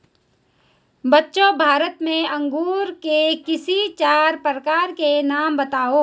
बच्चों भारत में अंगूर के किसी चार प्रकार के नाम बताओ?